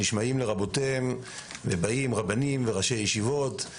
באים רבנים וראשי ישיבות,